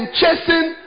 chasing